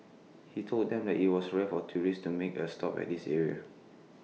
he told them that IT was rare for tourists to make A stop at this area